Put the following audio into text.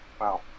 Wow